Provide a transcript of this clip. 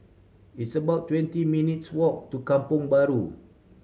it's about twenty minutes' walk to Kampong Bahru